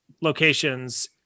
locations